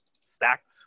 stacked